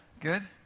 Good